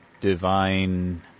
divine